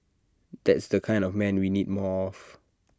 that's the kind of man we need more of